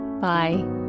Bye